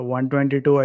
122